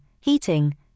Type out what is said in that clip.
heating